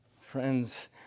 Friends